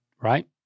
right